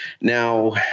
Now